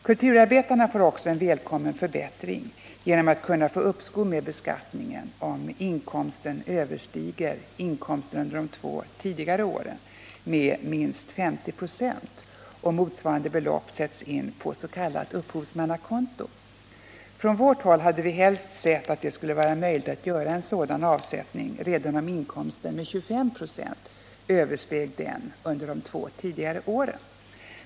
Kulturarbetarna får också en välkommen förbättring genom att de kan få uppskov med beskattningen om inkomsten överstiger inkomsten under de två tidigare åren med 50 96 och motsvarande belopp sätts in på s.k. upphovsmannakonto. Från vårt håll hade vi helst sett att det skulle vara möjligt att göra en sådan avsättning redan om inkomsten med 25 96 översteg den under de två tidigare åren.